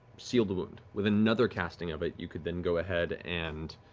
seal the wound. with another casting of it you could then go ahead and